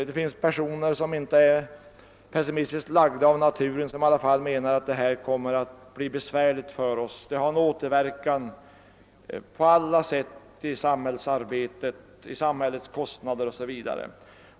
Det finns personer, som av naturen inte är pessimistiskt lagda men som anser att det kommer att bli besvärligt för oss; dessa negativa inslag i samhällsbilden får återverkningar på alla sätt i samhällsarbetet och på samhällets kostnader.